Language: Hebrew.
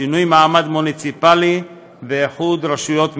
שינוי מעמד מוניציפלי ואיחוד רשויות מקומיות.